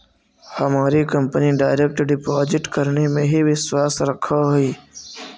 हमारी company direct deposit करने में ही विश्वास रखअ हई